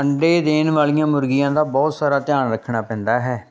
ਅੰਡੇ ਦੇਣ ਵਾਲੀਆਂ ਮੁਰਗੀਆਂ ਦਾ ਬਹੁਤ ਸਾਰਾ ਧਿਆਨ ਰੱਖਣਾ ਪੈਂਦਾ ਹੈ